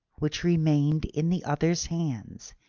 which remained in the other's hands,